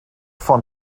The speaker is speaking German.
von